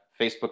Facebook